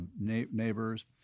neighbors